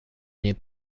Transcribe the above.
nie